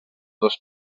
dos